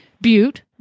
Butte